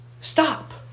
stop